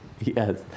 Yes